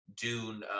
Dune